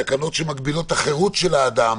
תקנות שמגבילות את החירות של האדם